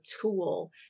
tool